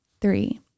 Three